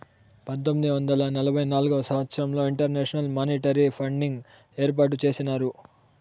పంతొమ్మిది వందల నలభై నాల్గవ సంవచ్చరంలో ఇంటర్నేషనల్ మానిటరీ ఫండ్ని ఏర్పాటు చేసినారు